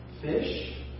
fish